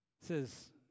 says